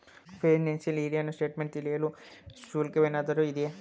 Financial year ನ statement ತಿಳಿಯಲು ಶುಲ್ಕವೇನಾದರೂ ಇದೆಯೇ?